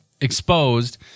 exposed